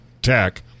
tech